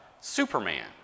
Superman